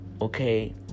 okay